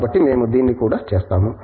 కాబట్టి మేము దీన్ని కూడా చేస్తాము